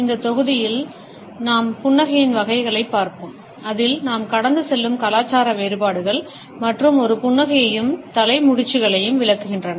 இந்த தொகுதியில் நாம் புன்னகையின் வகைகளைப் பார்ப்போம் அதில் நாம் கடந்து செல்லும் கலாச்சார வேறுபாடுகள் மற்றும் ஒரு புன்னகையையும் தலை முடிச்சுகளையும் விளக்குகின்றன